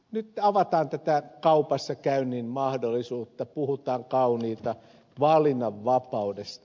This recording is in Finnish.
nyt avataan tätä kaupassa käynnin mahdollisuutta puhutaan kauniita valinnanvapaudesta